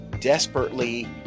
desperately